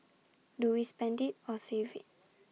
do we spend IT or save IT